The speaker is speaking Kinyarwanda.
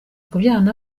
kubyarana